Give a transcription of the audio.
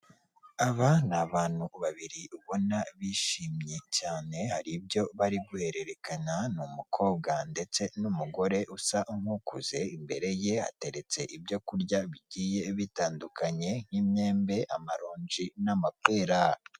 Aba ni abantu babiri ubona bishimye cyane, hari ibyo bari guhererekanya, ni umukobwa ndetse n'umugore usa nk'ukuze, imbere ye hateretse ibyo kurya bigiye bitandukanye nk'imyembe, amaronji n'amapera.